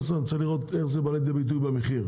אני רוצה לראות איך זה בא לידי ביטוי במחיר.